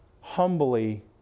humbly